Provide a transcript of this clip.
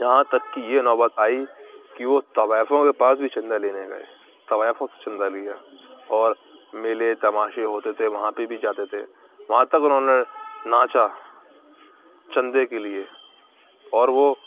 یہاں تک کہ یہ نوبت آئی کہ وہ طوائفوں کے پاس بھی چندہ لینے گئے طوائقوں سے چندہ لیا اور میلے تماشے ہوتے تھے وہاں پہ بھی جاتے تھے وہاں تک اُنہـوں نے ناچا چندے كے لیے اور وہ